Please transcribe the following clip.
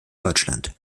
deutschland